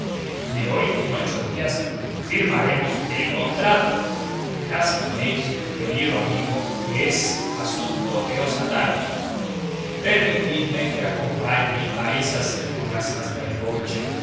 de hoy en ocho días firmaremos el contrato ya sabéis querido amigo que es asunto que os atañe permitidme que acompañe a esas señoras hasta el coche